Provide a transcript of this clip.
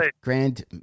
grand